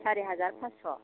सारि हाजार पास्स'